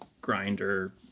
grinder